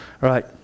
right